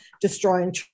destroying